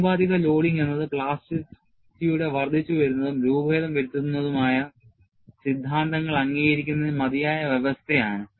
ആനുപാതിക ലോഡിംഗ് എന്നത് പ്ലാസ്റ്റിറ്റിയുടെ വർദ്ധിച്ചുവരുന്നതും രൂപഭേദം വരുത്തുന്നതുമായ സിദ്ധാന്തങ്ങൾ അംഗീകരിക്കുന്നതിന് മതിയായ വ്യവസ്ഥയാണ്